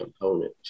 component